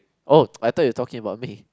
oh I thought you talking about me